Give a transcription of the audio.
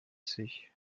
sich